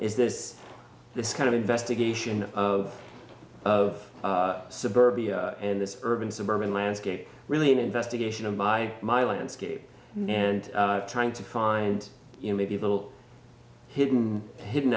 is this this kind of investigation of of suburbia and the urban suburban landscape really an investigation of my my landscape and trying to find you know maybe a little hidden hidden